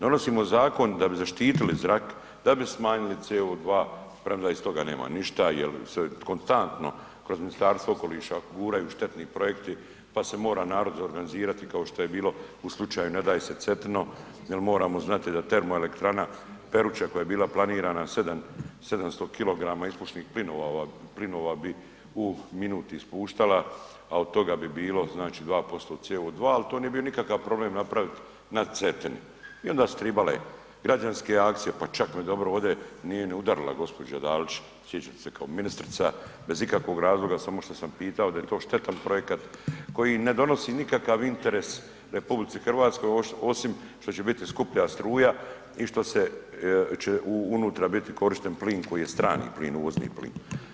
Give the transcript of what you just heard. Donosimo zakon da bi zaštitili zrak, da bi smanjili CO2 premda iz toga nema ništa jer se konstantno kroz Ministarstvo okoliša guraju štetni projekti pa se mora narod organizirati kao što je bilo u slučaju „Ne daj se Cetino“ jer moramo znati da termoelektrana Peruča koja je bila planirana 700 kg ispušnih plinova bi u minuti ispuštala a od toga bi bilo znači, 2% CO2 ali to nije bio nikakav problem napraviti na Cetini i onda su trebale građanske akcije pa čak mi je dobro, nije ni udarila gđa. Dalić, sjećam se kao ministrica, bez ikakvog razloga samo što sam pitao da je to štetan projekat koji ne donosi nikakav interes RH osim što će biti skuplja struja i što će unutra korišten plin koji je strani plin, uvozni plin.